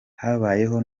habayeho